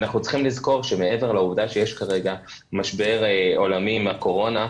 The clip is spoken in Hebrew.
אנחנו צריכים לזכור שמעבר לעובדה שיש כרגע משבר עולמי עם הקורונה,